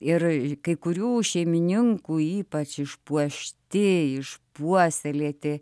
ir kai kurių šeimininkų ypač išpuošti išpuoselėti